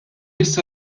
issa